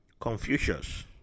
Confucius